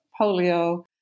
polio